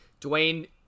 Dwayne